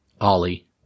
Ollie